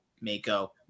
Mako